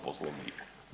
Poslovnika.